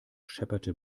schepperte